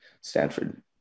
Stanford